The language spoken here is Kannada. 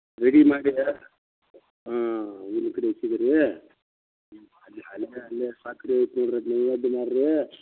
ರೆಡಿ ಮಾಡಿದರ ಹ್ಞೂ ಇರಿ ಕಡೆ ಸಿಗಿ ರೀ ಅಲ್ಯಾ ಅಲ್ಲಿನೆ ಅಲ್ಲೆ ಸ್ವಕ್ಡಿ ಐತಿ ಇದ್ರದ ಎಲ್ಲಡ ಮಾಡ್ರಿ